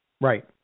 right